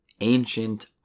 ancient